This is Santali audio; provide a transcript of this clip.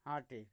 ᱦᱮᱸ ᱴᱷᱤᱠ